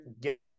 get